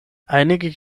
einige